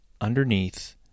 underneath